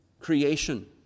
creation